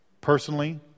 Personally